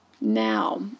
now